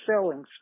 selling